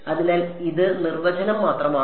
അതിനാൽ ഇത് നിർവചനം മാത്രമാണ്